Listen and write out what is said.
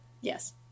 Yes